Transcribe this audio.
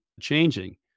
changing